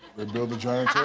they built a giant